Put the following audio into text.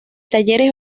talleres